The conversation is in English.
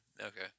Okay